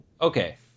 Okay